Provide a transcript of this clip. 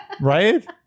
Right